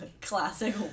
Classic